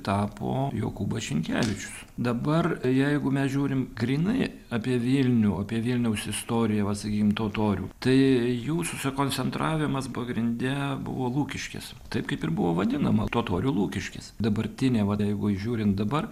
tapo jokūbas šinkevičius dabar jeigu mes žiūrim grynai apie vilnių apie vilniaus istoriją vat sakykim totorių tai jų sukoncentravimas pagrinde buvo lukiškės taip kaip ir buvo vadinama totorių lukiškės dabartinė vat jeigu žiūrint dabar